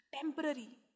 temporary